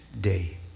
day